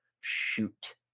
shoot